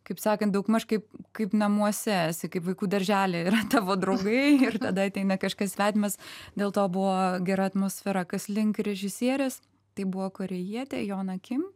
kaip sakant daugmaž taip kaip namuose esi kaip vaikų darželyje yra tavo draugai ir tada ateina kažkas svetimas dėl to buvo gera atmosfera kas link režisierės tai buvo korėjietį jona akim